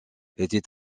était